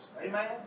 Amen